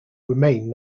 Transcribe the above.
remain